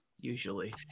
Usually